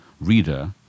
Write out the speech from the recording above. reader